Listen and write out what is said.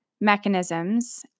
mechanisms